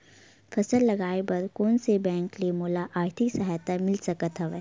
फसल लगाये बर कोन से बैंक ले मोला आर्थिक सहायता मिल सकत हवय?